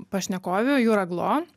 pašnekovių jūra glo